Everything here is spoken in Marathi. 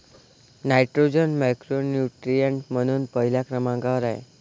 नायट्रोजन मॅक्रोन्यूट्रिएंट म्हणून पहिल्या क्रमांकावर आहे